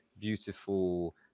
beautiful